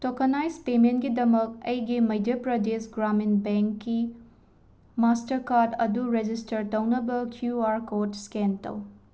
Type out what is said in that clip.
tokenize ꯄꯦꯃꯦꯟꯒꯤꯗꯃꯛ ꯑꯩꯒꯤ ꯃꯩꯗ꯭ꯌ ꯄ꯭ꯔꯗꯦꯁ ꯒ꯭ꯔꯥꯃꯤꯟ ꯕꯦꯡꯀꯤ ꯃꯥꯁꯇꯔ ꯀꯥꯔꯠ ꯑꯗꯨ ꯔꯦꯖꯤꯁꯇꯔ ꯇꯧꯅꯕ ꯀ꯭ꯌꯨ ꯑꯥꯔ ꯀꯣꯗ ꯁ꯭ꯀꯦꯟ ꯇꯧ